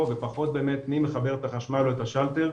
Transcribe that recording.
ופחות באמת מי מחבר את החשמל ואת השלטר.